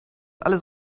alles